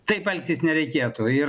taip elgtis nereikėtų ir